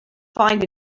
find